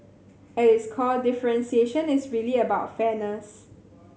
at its core differentiation is really about fairness